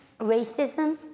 racism